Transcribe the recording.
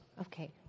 okay